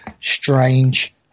strange